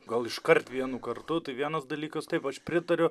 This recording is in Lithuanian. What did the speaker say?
gal iškart vienu kartu tai vienas dalykas taip aš pritariu